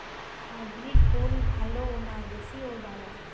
Hybrid ওল ভালো না দেশী ওল ভাল?